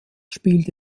spielte